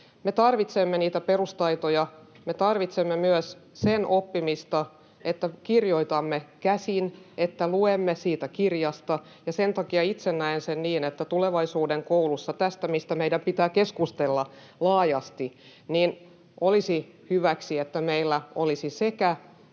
Me tarvitsemme niitä perustaitoja, me tarvitsemme myös sen oppimista, että kirjoitamme käsin, että luemme siitä kirjasta, ja sen takia itse näen niin, että tulevaisuuden koulussa — tästä meidän pitää keskustella laajasti — olisi hyväksi, että meillä olisi sekä